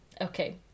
Okay